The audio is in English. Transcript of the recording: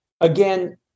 again